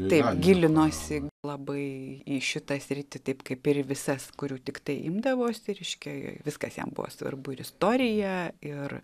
taip gilinosi labai į šitą sritį taip kaip ir į visas kurių tiktai imdavosi reiškia viskas jam buvo svarbu ir istorija ir